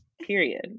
period